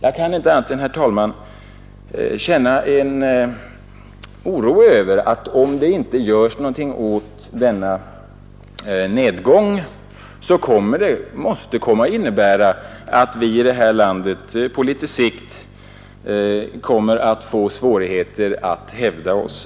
Jag kan inte annat än känna oro över detta; om det inte görs någonting åt denna nedgång måste vi i vårt land på sikt få svårigheter att hävda oss.